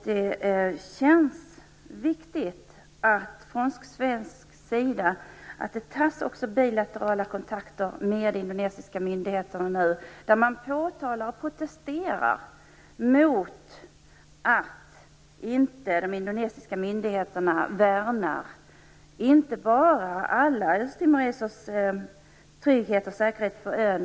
Det är viktigt att vi från svensk sida nu också tar bilaterala kontakter med indonesiska myndigheter, där vi protesterar mot att de indonesiska myndigheterna inte värnar om alla östtimoresers trygghet och säkerhet på ön.